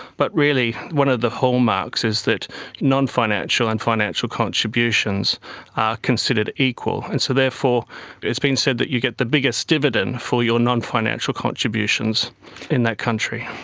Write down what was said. but really one of the hallmarks is that non-financial and financial contributions are considered equal. and so therefore it's been said that you get the biggest dividend for your non-financial contributions in that country.